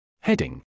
Heading